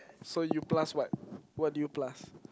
so you plus what what do you plus